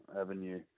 Avenue